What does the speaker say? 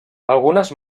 algunes